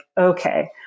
okay